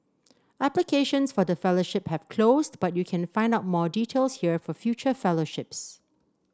applications for the fellowship have closed but you can find out more details here for future fellowships